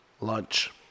lunch